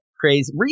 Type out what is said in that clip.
crazy